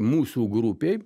mūsų grupėj